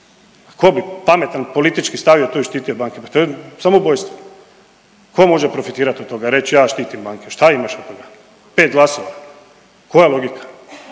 a tko bi pametan politički stavio to i štitio banke, pa to je samoubojstvo. Tko može profitirati od toga, reći, ja štitim banke, šta imaš od toga? 5 glasova? Koja logika.